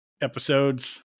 episodes